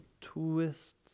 twist